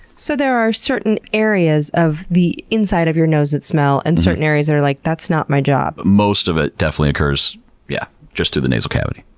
so, there are certain areas of the inside of your nose that smell and certain areas that are like, that's not my job. most of it definitely occurs yeah just through the nasal cavity.